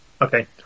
Okay